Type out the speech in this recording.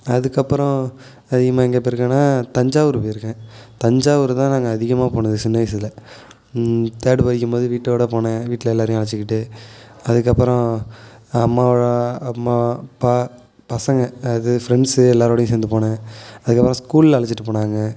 அதுக்கப்புறம் அதிகமாக எங்கே போயிருக்கனா தஞ்சாவூர் போயிருக்கேன் தஞ்சாவூர் தான் நாங்கள் அதிகமாக போனது சின்ன வயசில் தேர்டு படிக்கும்போது வீட்டோட போனேன் வீட்டில எல்லாரையும் அழைச்சிக்கிட்டு அதுக்கப்புறம் அம்மாவை அம்மா அப்பா பசங்க அது ஃப்ரெண்ட்ஸ் எல்லாருடையும் சேர்ந்து போனேன் அதுக்கப்புறம் ஸ்கூல்ல அழைச்சிட்டு போனாங்க